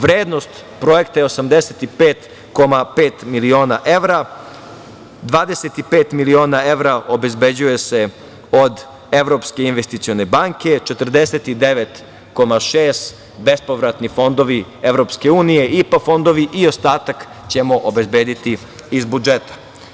Vrednost projekata je 85,5 miliona evra, 25 miliona evra obezbeđuje se od Evropske investicione banke, 49,6 bespovratni fondovi EU, IPA fondovi i ostatak ćemo obezbediti iz budžeta.